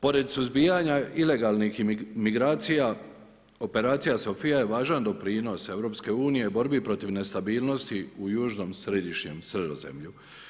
Pored suzbijanja ilegalnih migracija operacija SOPHIA je važan doprinos EU u borbi protiv nestabilnosti u južnom središnjem Sredozemlju.